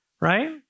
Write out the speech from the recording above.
Right